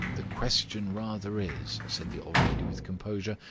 the question rather is, said the old lady, with composure,